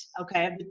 Okay